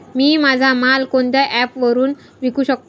मी माझा माल कोणत्या ॲप वरुन विकू शकतो?